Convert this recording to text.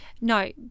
No